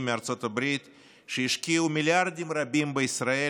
מארצות הברית שהשקיעו מיליארדים רבים בישראל,